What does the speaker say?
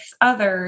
others